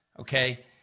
Okay